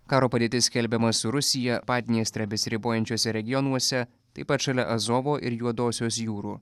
karo padėtis skelbiama su rusija padniestre besiribojančiuose regionuose taip pat šalia azovo ir juodosios jūrų